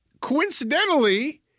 coincidentally